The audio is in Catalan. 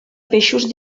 peixos